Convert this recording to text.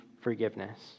forgiveness